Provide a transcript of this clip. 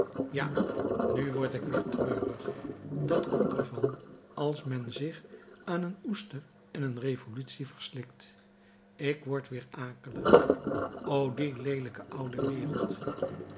ja nu word ik weer treurig dat komt ervan als men zich aan een oester en een revolutie verslikt ik word weder akelig o die leelijke oude wereld